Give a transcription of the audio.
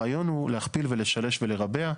הרעיון הוא להכפיל ולשלש ולרבע,